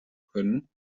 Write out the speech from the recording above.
können